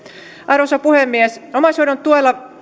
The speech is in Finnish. arvoisa puhemies omaishoidon tuella